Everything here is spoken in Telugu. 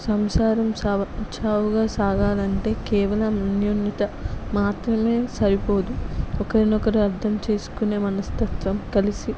సంసారం సావు సజావుగా సాగాలంటే కేవలం అన్యోన్యత మాత్రమే సరిపోదు ఒకరినొకరు అర్థం చేసుకునే మనసత్త్వం కలిసి